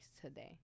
today